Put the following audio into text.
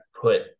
put